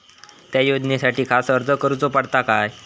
त्या योजनासाठी खास अर्ज करूचो पडता काय?